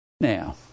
Now